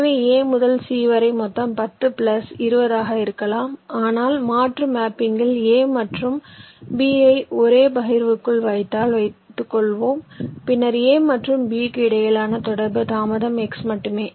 எனவே A முதல் C வரை மொத்த தாமதம் 10 பிளஸ் 20 ஆக இருக்கலாம் ஆனால் மாற்று மேப்பிங்கில் A மற்றும் B ஐ ஒரே பகிர்வுக்குள் வைத்தால் வைத்துக்கொள்வோம் பின்னர் A மற்றும் B க்கு இடையிலான தொடர்பு தாமதம் X மட்டுமே